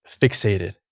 fixated